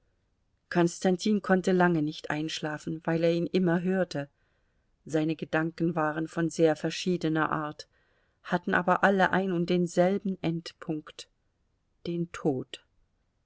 konstantin konnte lange nicht einschlafen weil er ihn immer hörte seine gedanken waren von sehr verschiedener art hatten aber alle ein und denselben endpunkt den tod